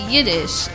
Yiddish